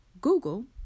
google